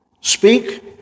speak